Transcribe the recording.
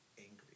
angry